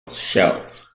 shells